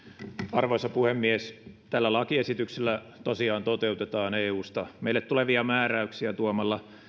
arvoisa puhemies tällä lakiesityksellä tosiaan toteutetaan eusta meille tulevia määräyksiä tuomalla